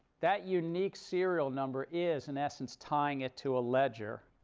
that unique serial number is, in essence, tying it to a ledger,